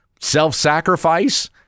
self-sacrifice